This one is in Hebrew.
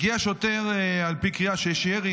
הגיע שוטר על פי קריאה על כך שיש ירי,